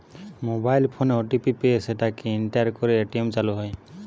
mobile ফোনে OTP পেয়ে সেটাকে এন্টার করে এ.টি.এম চালু হয়